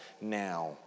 now